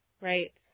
Right